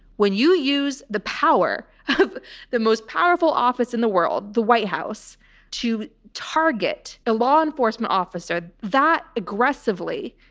when you use the power of the most powerful office in the world, the white house to target a law enforcement officer that aggressively,